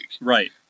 Right